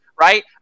Right